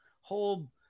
whole